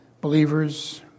believers